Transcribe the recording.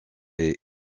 est